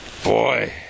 boy